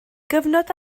gyfnod